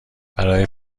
برای